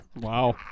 Wow